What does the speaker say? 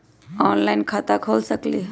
Online खाता खोल सकलीह?